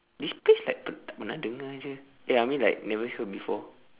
this place like pe~ tidak pernah dengar jer eh I mean like never hear before